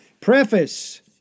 Preface